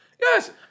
Yes